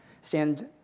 Stand